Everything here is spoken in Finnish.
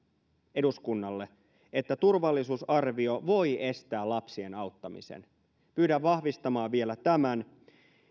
eduskunnalle että turvallisuusarvio voi estää lapsien auttamisen pyydän vahvistamaan vielä tämän